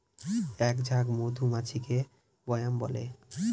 এক ঝাঁক মধুমাছিকে স্বোয়াম বলে